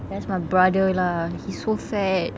that's my brother lah he so fat